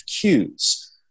cues